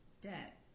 debt